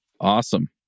Awesome